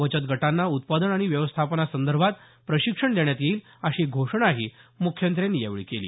बचत गटांना उत्पादन आणि व्यवस्थापनासंदर्भात प्रशिक्षण देण्यात येईल अशी घोषणाही मुख्यमंत्र्यांनी यावेळी केली